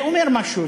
זה אומר משהו.